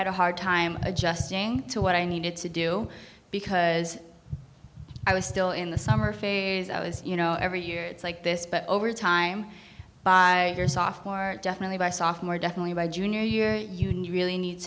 had a hard time adjusting to what i needed to do because i was still in the summer phase i was you know every year it's like this but over time by your sophomore definitely by sophomore definitely by junior year you knew really need